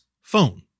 phone